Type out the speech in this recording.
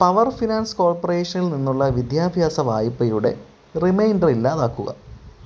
power finance കോർപ്പറേഷനിൽ നിന്നുള്ള വിദ്യാഭ്യാസ വായ്പ്പയുടെ റിമൈൻ്റർ ഇല്ലാതാക്കുക